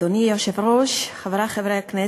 אדוני היושב-ראש, חברי חברי הכנסת,